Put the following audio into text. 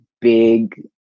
big